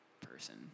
person